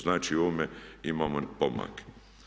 Znači u ovome imamo pomak.